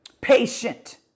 patient